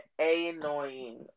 A-annoying